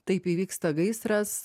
taip įvyksta gaisras